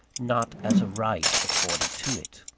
not as a right accorded to it.